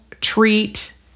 treat